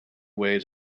way